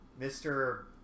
Mr